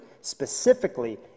specifically